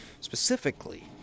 Specifically